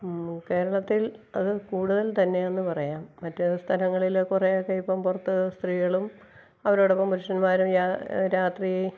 കേരളത്തിൽ അത് കൂടുതൽ തന്നെയെന്നു പറയാം മറ്റു സ്ഥലങ്ങളിലേ കുറേയൊക്കെ ഇപ്പം പുറത്തു പോകണ സ്ത്രീകളും അവരോടൊപ്പം പുരുഷന്മാരും ഞാ രാത്രീ